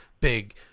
big